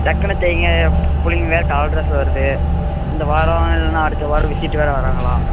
டக்குனு தைங்க பிள்ளைங்க வேறே கலர் டிரெஸில் வருது இந்த வாரம் இல்லைனா அடுத்த வாரம் விசிட் வேறே வராங்களாம்